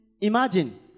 Imagine